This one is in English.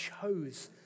chose